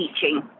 teaching